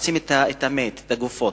שרוחצים את המת, את הגופות.